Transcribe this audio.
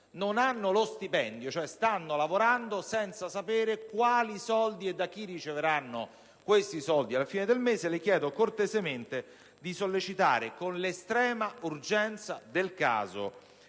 non hanno lo stipendio, cioè stanno lavorando senza sapere quali soldi e da chi riceveranno dei soldi alla fine del mese, le chiedo di sollecitare con estrema urgenza una